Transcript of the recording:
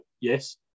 yes